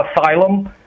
asylum